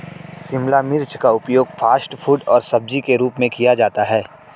शिमला मिर्च का उपयोग फ़ास्ट फ़ूड और सब्जी के रूप में किया जाता है